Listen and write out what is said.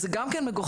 אז זה גם כן מגוחך.